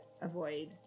avoid